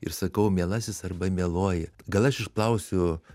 ir sakau mielasis arba mieloji gal aš išplausiu